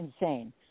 insane